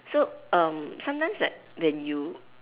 so um sometimes like when you